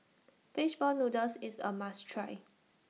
Fish Ball Noodles IS A must Try